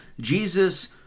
Jesus